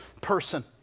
person